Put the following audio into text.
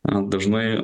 man dažnai